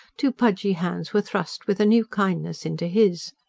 two pudgy hands were thrust with a new kindness into his.